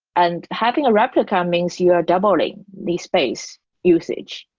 and having a replica means you're doubling the space usage.